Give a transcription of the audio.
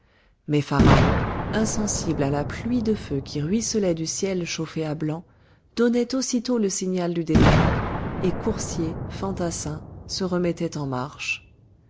mais pharaon insensible à la pluie de feu qui ruisselait du ciel chauffé à blanc donnait aussitôt le signal du départ et coursiers fantassins se remettaient en marche